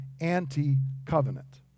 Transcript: anti-covenant